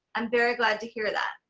i'm very glad to hear that.